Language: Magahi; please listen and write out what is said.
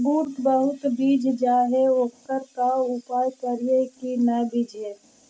बुट बहुत बिजझ जा हे ओकर का उपाय करियै कि न बिजझे?